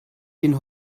den